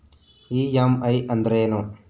EMI ಅಂದ್ರೇನು?